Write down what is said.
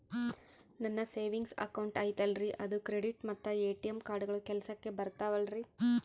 ನನ್ನ savings account ಐತಲ್ರೇ ಅದು ಕ್ರೆಡಿಟ್ ಮತ್ತ ಎ.ಟಿ.ಎಂ ಕಾರ್ಡುಗಳು ಕೆಲಸಕ್ಕೆ ಬರುತ್ತಾವಲ್ರಿ?